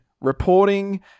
reporting